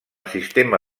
sistema